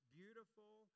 beautiful